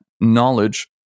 knowledge